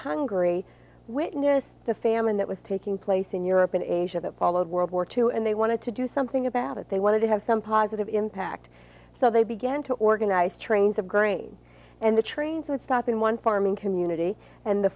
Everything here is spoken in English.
hungry witnessed the famine that was taking place in europe in asia that followed world war two and they wanted to do something about it they wanted to have some positive impact so they began to organize trains of grain and the trains would stop in one farming community and the